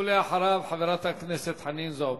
ואחריו, חברת הכנסת חנין זועבי.